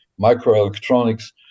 microelectronics